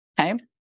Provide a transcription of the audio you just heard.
Okay